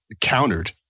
countered